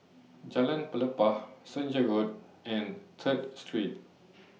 Jalan Pelepah Senja Road and Third Street